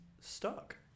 stuck